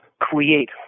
create